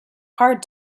hard